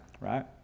right